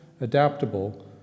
adaptable